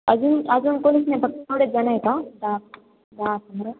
अजून अजून कोणीच नाही फक्त एवढेच जण आहे का दहा दहा पंधरा